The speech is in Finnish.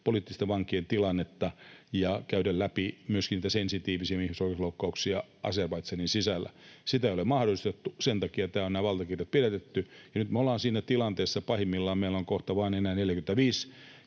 poliittisten vankien tilannetta, ja käydä läpi myöskin niitä sensitiivisiä ihmisoikeusloukkauksia Azerbaidžanin sisällä. Sitä ei ole mahdollistettu, sen takia nämä valtakirjat on pidätetty, ja nyt me ollaan siinä tilanteessa, että pahimmillaan meillä on kohta vain enää 45